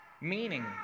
meaning